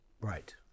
Right